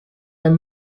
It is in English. are